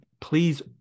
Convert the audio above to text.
Please